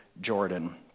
Jordan